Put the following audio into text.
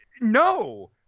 No